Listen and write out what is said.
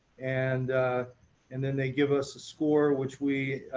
and and then they give us a score, which we,